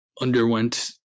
underwent